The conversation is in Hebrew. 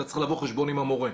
צריך לבוא לחשבון עם המורה.